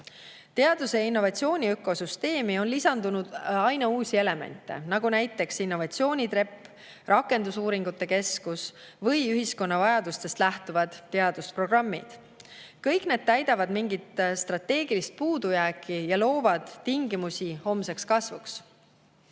Teaduse ja innovatsiooni ökosüsteemi on lisandunud aina uusi elemente, nagu innovatsioonitrepp, rakendusuuringute keskus või ühiskonna vajadustest lähtuvad teadusprogrammid. Kõik need täidavad mingit strateegilist puudujääki ja loovad tingimusi homseks kasvuks.